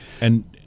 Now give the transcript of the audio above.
And-